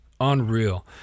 unreal